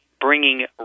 bringing